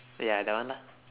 ya that one lah